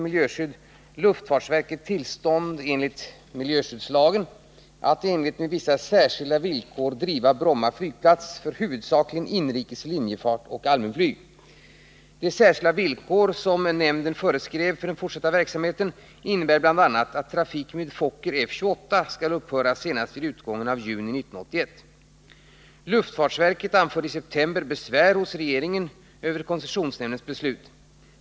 Luftfartsverket anförde i september besvär hos regeringen över koncessionsnämndens beslut.